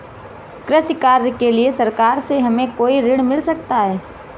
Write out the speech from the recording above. कृषि कार्य के लिए सरकार से हमें कोई ऋण मिल सकता है?